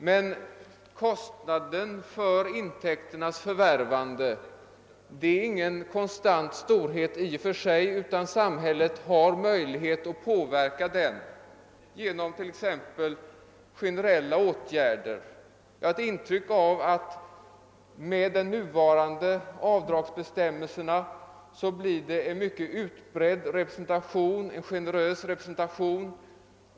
Men kostnaden för intäkternas förvärvande är ingen konstant storhet i och för sig, utan samhället har möjlighet att påverka den t.ex. genom generella åtgärder. Jag har ett intryck av att det med de nuvarande avdragsbestämmelserna blir en mycket utbredd representation, en generös representation.